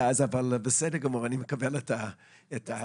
בסדר גמור, אני מקבל את ההערה.